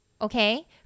Okay